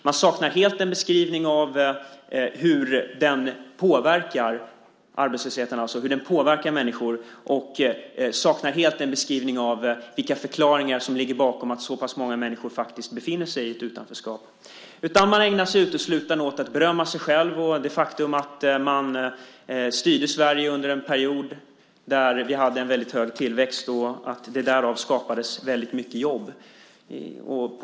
Man saknar helt en beskrivning av hur den påverkar människor och av vilka förklaringar som ligger bakom att så pass många människor faktiskt befinner sig i ett utanförskap. I stället ägnar man sig uteslutande åt att berömma sig själv: Man styrde Sverige under en period där vi hade en väldigt hög tillväxt, och därav skapades väldigt många jobb.